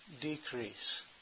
decrease